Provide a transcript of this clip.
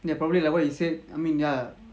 ya probably like what you said I mean ya